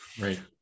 Right